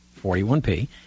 41P